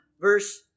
Verse